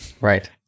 Right